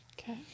Okay